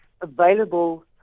available